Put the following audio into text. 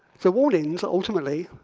so warnings, ultimately,